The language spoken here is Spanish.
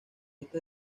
esta